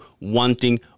wanting